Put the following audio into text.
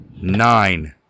Nine